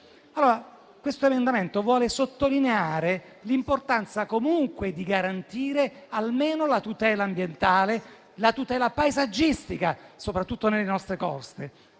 Questo emendamento vuole sottolineare l'importanza, comunque, di garantire almeno la tutela ambientale, la tutela paesaggistica, soprattutto delle nostre coste,